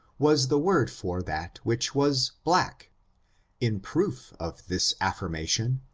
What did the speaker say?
was the word for that which was black in proof of this affirmation,